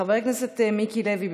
חבר הכנסת מיקי לוי,